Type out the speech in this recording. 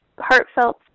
heartfelt